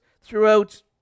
throughout